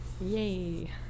Yay